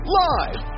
live